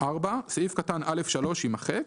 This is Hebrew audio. סעיף קטן (א3) - יימחק.